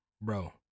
bro